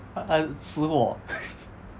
她是吃货